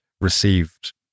received